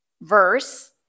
verse